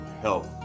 help